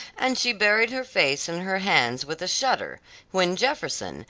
and she buried her face in her hands with a shudder when jefferson,